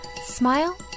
Smile